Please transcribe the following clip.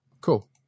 cool